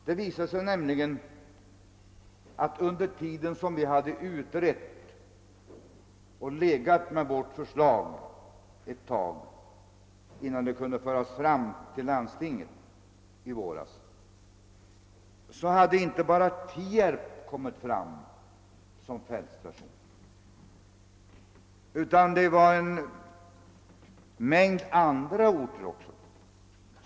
Det visade sig nämligen att under tiden som vi hade utrett frågan och i väntan på landstingets vårmöte hade inte bara Tierp börjat diskuteras som fältstation utan också en mängd andra orter.